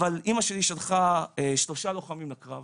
אבל אמא שלי שלחה שלושה לוחמים לקרב